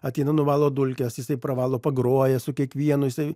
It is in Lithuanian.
ateina nuvalo dulkes jisai pravalo pagroja su kiekvienu jisai